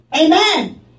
Amen